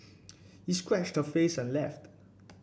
he scratched her face and left